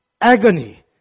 agony